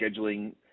scheduling